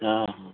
ଓହୋ